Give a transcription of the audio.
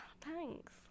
thanks